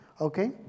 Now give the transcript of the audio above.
Okay